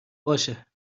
باشه